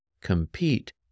compete